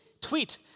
Tweet